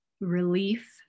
relief